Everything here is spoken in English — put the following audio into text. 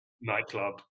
nightclub